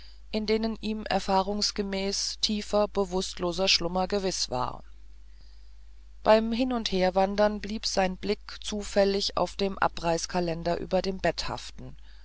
in denen ihm erfahrungsgemäß tiefer bewußtloser schlummer gewiß war beim hinundherwandern blieb sein blick zufällig auf dem abreißkalender über dem bett haften